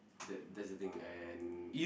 that that's the thing and